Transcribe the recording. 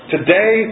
Today